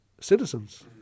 citizens